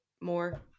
more